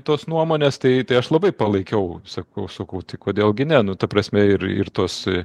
tos nuomonės tai tai aš labai palaikiau sakau sakau tai kodėl gi ne nu ta prasme ir ir tos